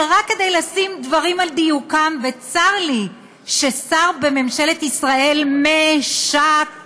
שרק כדי לשים דברים על דיוקם וצר לי ששר בממשלת ישראל משקר: